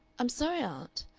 i'm sorry, aunt,